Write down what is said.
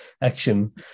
action